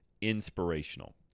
inspirational